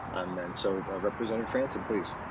um and so by representative franson please.